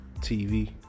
TV